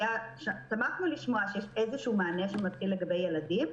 שמחנו לשמוע שיש איזשהו מענה שמתחיל לגבי ילדים,